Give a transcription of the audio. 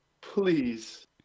Please